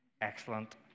excellent